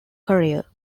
career